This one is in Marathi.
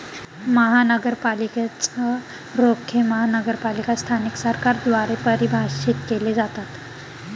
महानगरपालिकेच रोखे महानगरपालिका स्थानिक सरकारद्वारे परिभाषित केले जातात